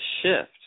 shift